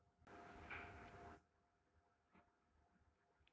ಒಂದು ಎಕರೆ ಮೆಣಸಿನಕಾಯಿ ಬಿತ್ತಾಕ ಎಷ್ಟು ಖರ್ಚು ಬರುತ್ತೆ?